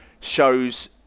shows